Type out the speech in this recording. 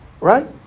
Right